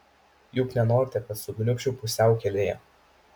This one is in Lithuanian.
juk nenorite kad sukniubčiau pusiaukelėje